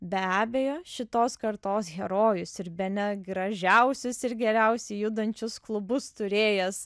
be abejo šitos kartos herojus ir bene gražiausius ir geriausiai judančius klubus turėjęs